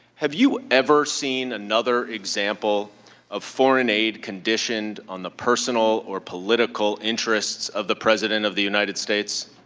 have you ever seen another example of foreign aid conditioned on the personal or political interests of the president of the united states?